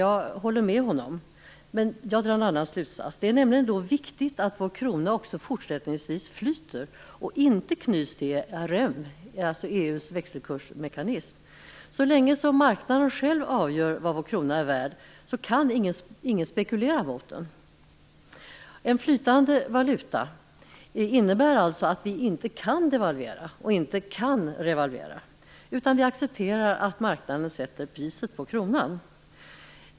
Jag håller med honom men drar en annan slutsats. Det är nämligen viktigt att vår krona fortsättningsvis flyter och inte knyts till ERM, EU:s växelkursmekanism. Så länge marknaden själv avgör vad vår krona är värld kan ingen spekulera mot den. En flytande valuta innebär alltså att vi inte kan delvalvera eller revalvera, utan att vi accepterar att marknaden sätter priset på kronan.